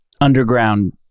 underground